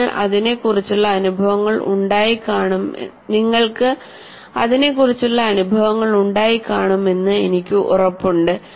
നിങ്ങൾക്കും അതിനെ കുറിച്ചുള്ള അനുഭവങ്ങൾ ഉണ്ടായി കാണും എന്ന് എനിക്ക് ഉറപ്പുണ്ട്